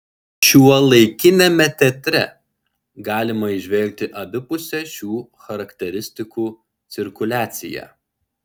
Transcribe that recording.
šiuolaikiniame teatre galima įžvelgti abipusę šių charakteristikų cirkuliaciją